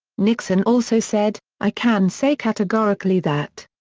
nixon also said, i can say categorically that.